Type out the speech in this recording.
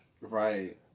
Right